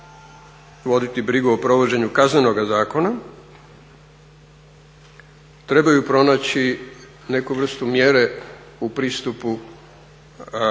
voditi brigu o provođenju Kaznenoga zakona, trebaju pronaći neku vrste mjere u pristupu fenomenu